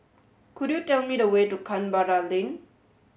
could you tell me the way to Canberra Lane